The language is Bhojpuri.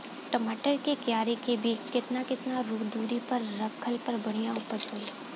टमाटर के क्यारी के बीच मे केतना केतना दूरी रखला पर बढ़िया उपज होई?